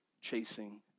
chasing